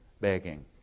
begging